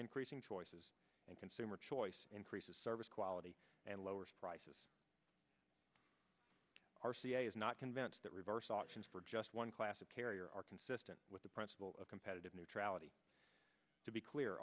increasing choices consumer choice increases service quality and lowers prices r c a is not convinced that reverse options for just one class of carrier are consistent with the principle of competitive neutrality to be clear